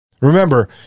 Remember